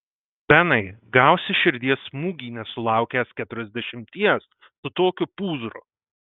benai gausi širdies smūgį nesulaukęs keturiasdešimties su tokiu pūzru